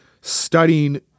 studying